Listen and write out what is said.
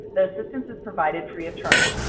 the assistance is provided free of charge.